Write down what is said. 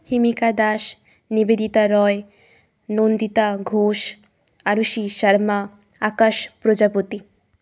Himika Das Nivedita Roy Nandita Ghosh Arushi Sharma Akash Prajapati